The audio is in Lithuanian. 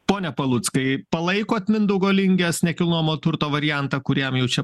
pone paluckai palaikot mindaugo lingės nekilnojamo turto variantą kuriam jaučia